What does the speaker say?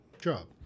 job